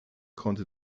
konnte